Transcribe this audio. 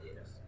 Yes